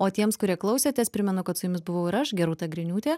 o tiems kurie klausėtės primenu kad su jumis buvau ir aš gerūta griniūtė